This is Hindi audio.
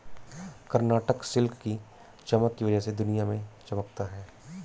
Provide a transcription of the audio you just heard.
कर्नाटक सिल्क की चमक की वजह से दुनिया में चमकता है